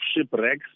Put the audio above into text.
shipwrecks